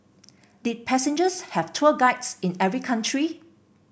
did passengers have tour guides in every country